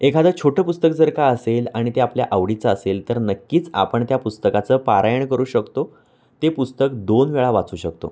एखादं छोटं पुस्तक जर का असेल आणि ते आपल्या आवडीचं असेल तर नक्कीच आपण त्या पुस्तकाचं पारायण करू शकतो ते पुस्तक दोन वेळा वाचू शकतो